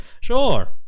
Sure